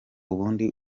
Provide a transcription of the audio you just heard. ubundi